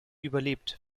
überlebt